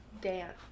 dance